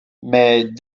mais